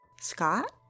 Scott